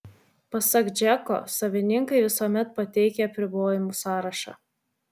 pasak džeko savininkai visuomet pateikia apribojimų sąrašą